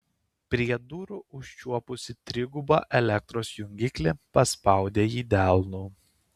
prie durų užčiuopusi trigubą elektros jungiklį paspaudė jį delnu